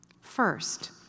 First